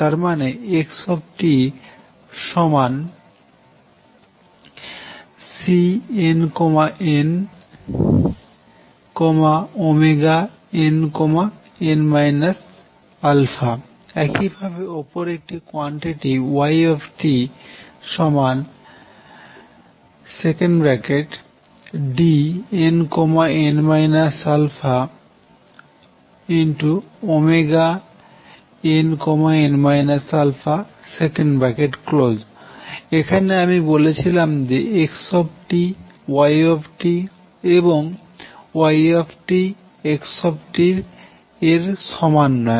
তারমানে x Cnn α nn α একইভাবে অপর একটি কোয়ান্টিটি y Dnn α nn αসেখানে আমি বলেছিলাম যে x y এবং y x এর সমান নয়